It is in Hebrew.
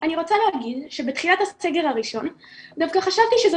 אני רוצה להגיד שבתחילת הסגר הראשון דווקא חשבתי שזו